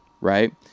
Right